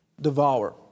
devour